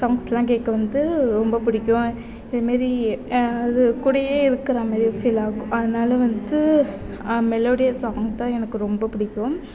சாங்க்ஸ்யெலாம் கேட்க வந்து ரொம்ப பிடிக்கும் இது மாரி அது கூடயே இருக்கிற மாரியே ஃபீல்லாகும் அதனால வந்து மெலோடியஸ் சாங் தான் எனக்கு ரொம்ப பிடிக்கும்